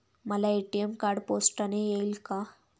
मला ATM card पोस्टाने येईल का?